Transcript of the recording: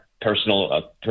personal